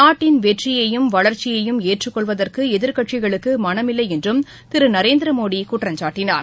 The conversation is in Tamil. நாட்டின் வெற்றியையும் வளர்ச்சியையும் ஏற்றுக்கொள்வதற்குஎதிர்க்கட்சிகளுக்குமனமில்லைஎன்றும் திருநரேந்திரமோடிகுற்றம்சாட்டினார்